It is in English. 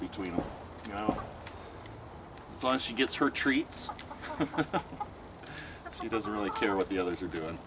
between you know so she gets her treats she doesn't really care what the others are doing